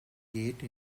gate